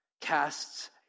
casts